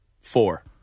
four